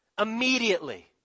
Immediately